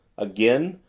again,